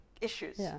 issues